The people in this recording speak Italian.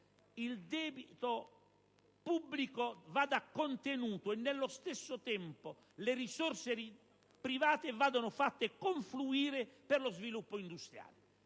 il debito pubblico vada contenuto e, nello stesso tempo, le risorse private vadano fatte confluire per lo sviluppo industriale.